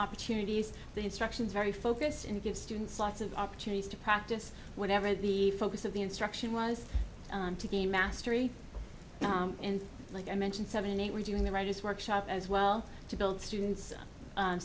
opportunities to instructions very focused and give students lots of opportunities to practice whatever the focus of the instruction was to gain mastery and like i mentioned seventy we're doing the writers workshop as well to build students